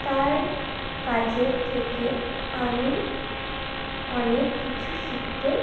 তার কাজের থেকে আমি অনেক কিছু শিখতে